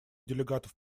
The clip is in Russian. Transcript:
делегатов